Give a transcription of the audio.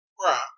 Right